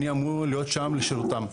אני אמור להיות שם לשירותם.